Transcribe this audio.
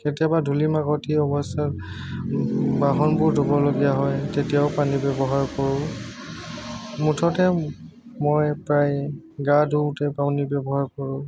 কেতিয়াবা ধূলি মাকতি অৱস্থাত বাহনবোৰ ধুবলগীয়া হয় তেতিয়াও পানী ব্যৱহাৰ কৰোঁ মুঠতে মোৰ এটাই গা ধুওঁতেও পানী ব্যৱহাৰ কৰোঁ